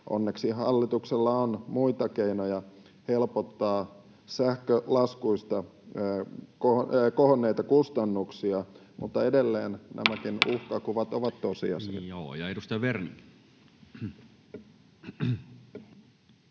Onneksi hallituksella on muita keinoja helpottaa kohonneita kustannuksia, mutta edelleen nämäkin uhkakuvat ovat tosiasia.